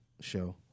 Show